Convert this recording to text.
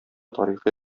тарихи